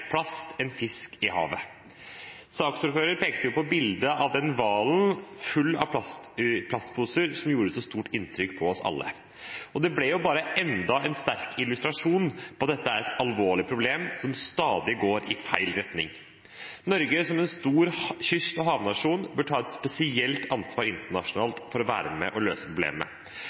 plast enn fisk i havet. Saksordføreren nevnte bildet av hvalen full av plastposer, som gjorde så stort inntrykk på oss alle. Det ble enda en sterk illustrasjon på at dette er et alvorlig problem som stadig går i feil retning. Norge, som en stor kyst- og havnasjon, bør ta et spesielt ansvar internasjonalt for å være med og løse problemet.